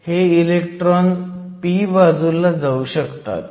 हे electron p बाजूला जाऊ शकतात